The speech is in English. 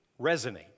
resonate